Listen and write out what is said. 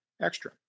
extra